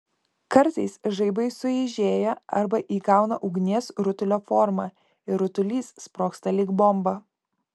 kartais žaibai sueižėja arba įgauna ugnies rutulio formą ir rutulys sprogsta lyg bomba